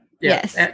yes